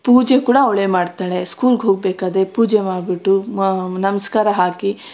ಪೂಜೆ ಕೂಡ ಅವಳೇ ಮಾಡ್ತಾಳೆ ಸ್ಕೂಲ್ಗೆ ಹೋಗ್ಬೇಕಾದ್ರೆ ಪೂಜೆ ಮಾಡಿಬಿಟ್ಟು ನಮಸ್ಕಾರ ಹಾಕಿ